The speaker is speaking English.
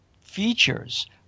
features